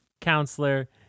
counselor